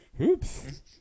Oops